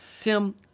Tim